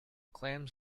clams